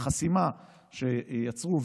החסימה שיצרו,